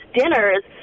dinners